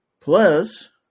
Plus